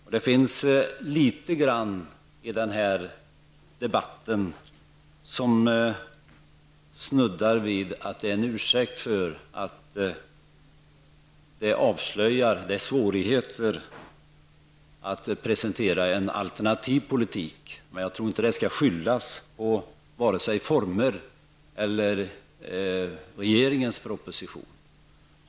I den förda debatten har det något framskymtat att detta skulle vara en ursäkt för att man avslöjar svårigheterna med att presentera en alternativ politik, men jag tror inte att det kan skyllas på vare sig formerna eller regeringens proposition.